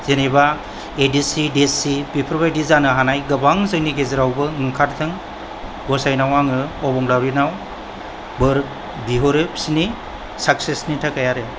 जेनोबा A D C D C बेफोरबायदि जानो हानाय गोबां जोंनि गेजेरावबो ओंखारथों गसाइनाव आङो अबंलावरिनाव बोर बिहरो बिसोरनि साक्सेसनि थाखाय आरो